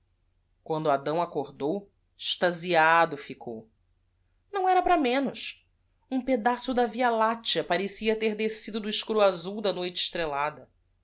o accordou extasiado ficou ííão era para menos m pedaço da i a áctea parecia ter descido do escuro azul da noite estrellada